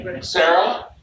Sarah